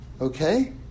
Okay